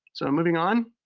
so moving on.